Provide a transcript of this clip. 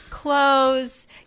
clothes